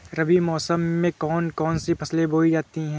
रबी मौसम में कौन कौन सी फसलें बोई जाती हैं?